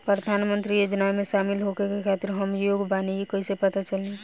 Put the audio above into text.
प्रधान मंत्री योजनओं में शामिल होखे के खातिर हम योग्य बानी ई कईसे पता चली?